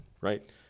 Right